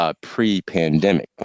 pre-pandemic